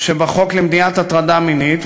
שבחוק למניעת הטרדה מינית,